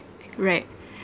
right